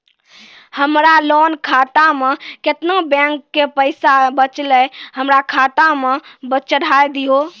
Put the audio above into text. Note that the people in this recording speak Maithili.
हमरा लोन खाता मे केतना बैंक के पैसा बचलै हमरा खाता मे चढ़ाय दिहो?